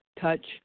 touch